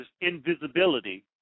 invisibility